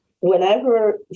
Whenever